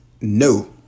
no